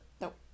Nope